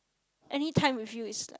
anytime with you is